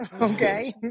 Okay